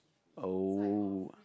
oh